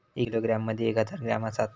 एक किलोग्रॅम मदि एक हजार ग्रॅम असात